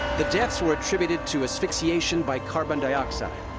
the deaths were attributed to asphyxiation by carbon dioxide.